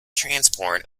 transport